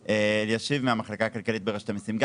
המחלקה הכלכלית, רשות המסים.